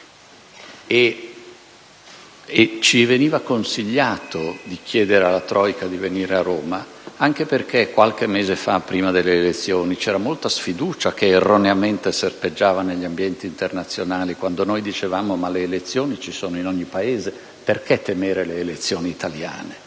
ci veniva consigliato di chiedere alla *troika* di venire a Roma, anche perché qualche mese fa, prima delle elezioni, c'era molta sfiducia che erroneamente serpeggiava negli ambienti internazionali; allora noi dicevamo che le elezioni ci sono in ogni Paese e chiedevamo perché si temevano